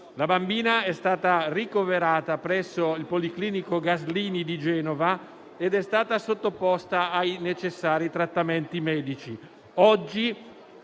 La bambina è stata ricoverata presso il policlinico Gaslini di Genova ed è stata sottoposta ai necessari trattamenti medici.